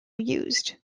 used